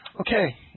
Okay